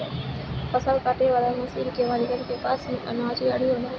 फसल काटे वाला मशीन के मालिकन के पास ही अनाज गाड़ी होला